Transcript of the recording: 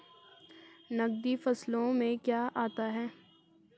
नकदी फसलों में क्या आता है?